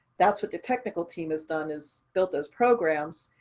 that's what the technical team has done is built those programs.